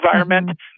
environment